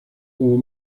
como